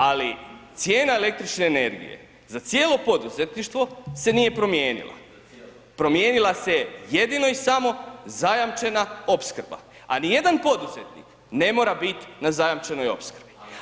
Ali cijena električne energije za cijelo poduzetništvo se nije promijenila, promijenila se jedino i samo zajamčena opskrba a nijedan poduzetnik ne mora bit na zajamčenoj opskrbi.